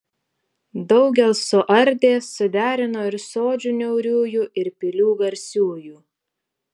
daugel suardė suderino ir sodžių niauriųjų ir pilių garsiųjų